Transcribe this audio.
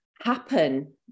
happen